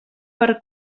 per